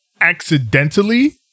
accidentally